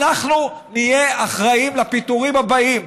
אנחנו נהיה אחראים לפיטורים הבאים.